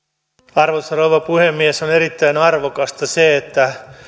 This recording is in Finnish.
arvoisa rouva puhemies on erittäin arvokasta se että